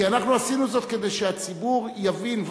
כי אנחנו עשינו זאת כדי שהציבור יבין.